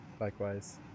Likewise